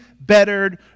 bettered